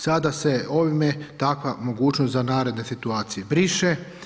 Sada se ovime takva mogućnost za naredne situacije briše.